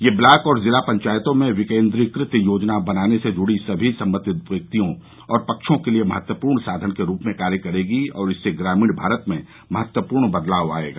यह ब्लॉक और जिला पंचायतों में विकेंद्रीकृत योजना बनाने से जुड़े सभी सम्बंधित व्यक्तियों और पक्षों के लिए महत्वपूर्ण साधन के रूप में कार्य करेगी और इससे ग्रामीण भारत में महत्वपूर्ण बदलाव आएगा